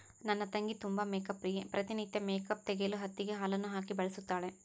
ನನ್ನ ತಂಗಿ ತುಂಬಾ ಮೇಕ್ಅಪ್ ಪ್ರಿಯೆ, ಪ್ರತಿ ನಿತ್ಯ ಮೇಕ್ಅಪ್ ತೆಗೆಯಲು ಹತ್ತಿಗೆ ಹಾಲನ್ನು ಹಾಕಿ ಬಳಸುತ್ತಾಳೆ